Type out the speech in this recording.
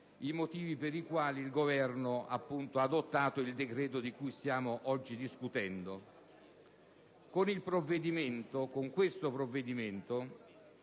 i motivi per cui il Governo ha adottato il decreto di cui stiamo oggi discutendo. Con questo provvedimento